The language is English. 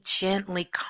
gently